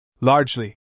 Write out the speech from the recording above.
Largely